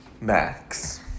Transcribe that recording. Max